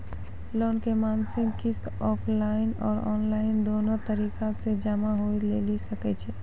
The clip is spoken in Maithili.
लोन के मासिक किस्त ऑफलाइन और ऑनलाइन दोनो तरीका से जमा होय लेली सकै छै?